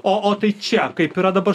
o o tai čia kaip yra dabar